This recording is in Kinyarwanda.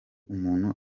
umuntu